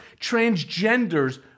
transgenders